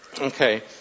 Okay